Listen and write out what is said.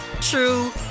true